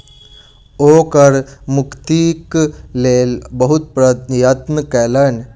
ओ कर मुक्तिक लेल बहुत प्रयत्न कयलैन